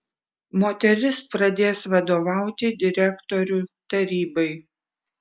moteris pradės vadovauti direktorių tarybai